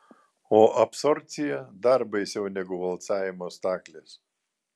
o absorbcija dar baisiau negu valcavimo staklės